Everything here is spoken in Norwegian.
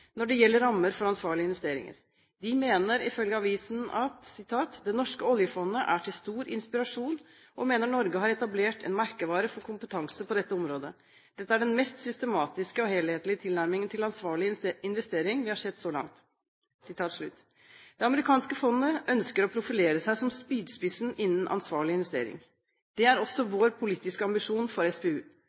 når det gjelder rammer for ansvarlige investeringer. De mener ifølge avisen at «det norske oljefondet er til stor inspirasjon og mener Norge har etablert en merkevare for kompetanse på dette området. Dette er den mest systematiske og helhetlige tilnærmingen til ansvarlig investering vi har sett så langt». Det amerikanske fondet ønsker å profilere seg som spydspissen innen ansvarlig investering. Det er også vår politiske ambisjon for SPU.